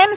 N